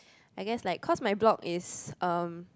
I guess like cause my block is um